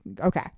okay